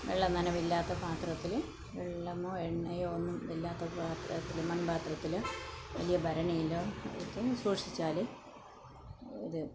വെള്ളം നനവില്ലാത്ത പാത്രത്തിൽ വെള്ളമോ എണ്ണയോ ഒന്നും ഇല്ലാത്ത പാത്രത്തിൽ മൺപാത്രത്തിൽ വലിയ ഭരണിയിലോ എടുത്ത് സൂക്ഷിച്ചാൽ അത്